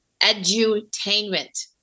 edutainment